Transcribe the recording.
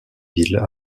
villes